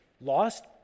Lost